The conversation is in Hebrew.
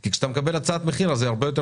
כי כשאתה מקבל הצעת מחיר אז היא הרבה יותר